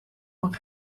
van